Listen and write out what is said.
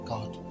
God